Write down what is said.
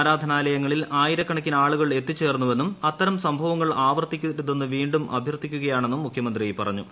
ആരാധനാലയങ്ങളിൽ ആയിരക്കണക്കിന് ചില ആളുകൾ എത്തിച്ചേർന്നുവെന്നും അത്തരം സംഭവങ്ങൾ ആവർത്തിക്കരുതെന്ന് വീണ്ടും അഭ്യർഥിക്കുകയാണെന്നും മുഖ്യമന്ത്രി പറഞ്ഞു